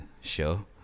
show